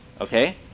okay